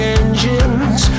engines